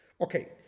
Okay